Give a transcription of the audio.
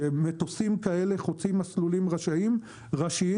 ומטוסים כאלה חוצים מסלולים ראשיים,